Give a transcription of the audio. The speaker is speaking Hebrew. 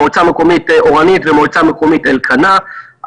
מועצה מקומית אורנית ומועצה מקומית אלקנה.